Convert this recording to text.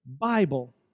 Bible